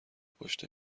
پشت